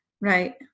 Right